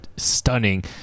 Stunning